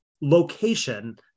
location